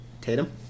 Tatum